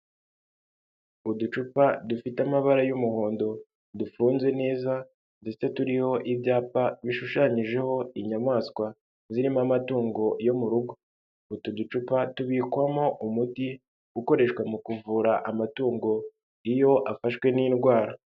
Uducupa dufite amabara y'umuhondo, dufunze neza ndetse turiho ibyapa bishushanyijeho inyamaswa zirimo amatungo yo mu rugo, utu ducupa tubikwamowo umuti ukoreshwa mu kuvura amatungo iyo afashwe n'indwara.